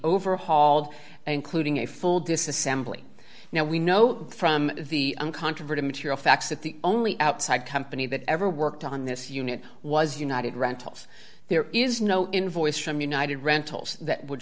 overhauled including a full disassembly now we know from the uncontroverted material facts that the only outside company that ever worked on this unit was united rentals there is no invoice from united rentals that would